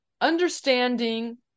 understanding